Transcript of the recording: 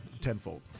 tenfold